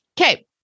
Okay